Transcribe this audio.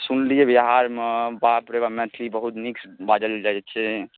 सुनलिए बिहारमे बाप रे बाप मैथिली बहुत नीक बाजल जाइ छै